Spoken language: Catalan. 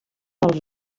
els